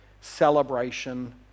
celebration